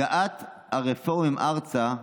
הגעת הרפורמים ארצה,